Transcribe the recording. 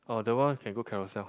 oh the one can go carousell